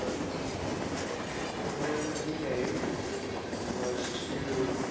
the one amendment we made was to